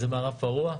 זה מערב פרוע.